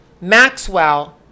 Maxwell